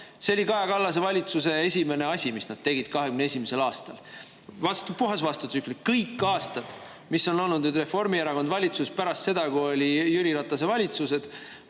See oli Kaja Kallase valitsuse esimene asi, mis nad tegid 2021. aastal – puhas vastutsüklilisus. Kõik aastad, mil on olnud Reformierakond valitsuses pärast seda, kui olid Jüri Ratase valitsused,